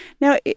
Now